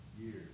years